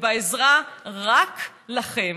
ובעזרה רק לכם.